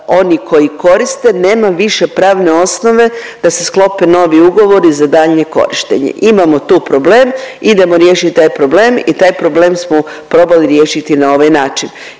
oni koji koriste nema više pravne osnove da se sklope novi ugovori da daljnje korištenje. Imamo tu problem idemo riješit taj problem i taj problem smo probali riješiti na ovaj način.